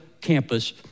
campus